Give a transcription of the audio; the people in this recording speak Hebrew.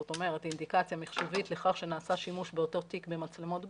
זאת אומרת אינדיקציה מחשובית לכך שנעשה שימוש באותו תיק במצלמות גוף.